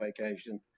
vacation